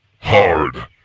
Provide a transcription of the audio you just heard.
hard